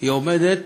היא עומדת